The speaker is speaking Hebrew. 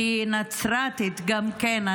כנצרתית גם כן,